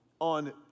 on